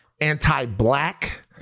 anti-black